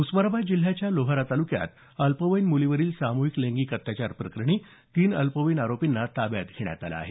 उस्मानाबाद जिल्ह्याच्या लोहारा तालुक्यात अल्पवयीन मुलीवरील सामुहिक लैंगिक अत्याचार प्रकरणी तीन अल्पवयीन आरोपींना ताब्यात घेण्यात आलं आहे